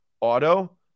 auto